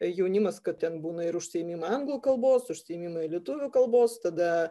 jaunimas kad ten būna ir užsiėmimai anglų kalbos užsiėmimai lietuvių kalbos tada